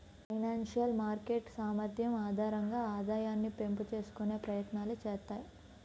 financial market సామర్థ్యం ఆధారంగా ఆదాయాన్ని పెంపు చేసుకునే ప్రయత్నాలు చేత్తాయి